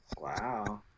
Wow